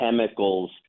chemicals